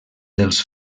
dels